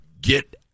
get